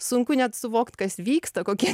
sunku net suvokt kas vyksta kokie